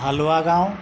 হলুৱা গাঁও